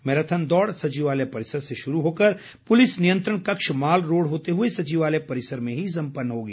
marathon दौड़ सचिवालय परिसर से शुरू होकर पुलिस नियंत्रण कक्ष माल रोड होते हुए सचिवालय परिसर में ही संपन्न होगी